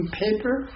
paper